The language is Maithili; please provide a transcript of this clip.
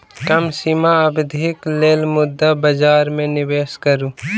कम सीमा अवधिक लेल मुद्रा बजार में निवेश करू